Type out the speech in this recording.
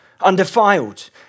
undefiled